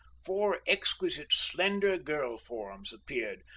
four exquisite slender girl-forms appeared,